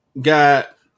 got